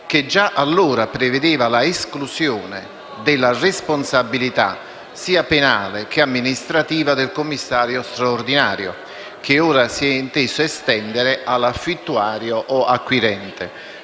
che già allora prevedevano la esclusione della responsabilità sia penale che amministrativa del commissario straordinario, che ora si è inteso estendere all'affittuario o acquirente,